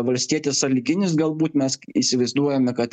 valstietis sąlyginis galbūt mes įsivaizduojame kad